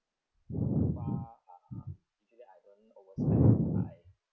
so far uh actually I don't overspend my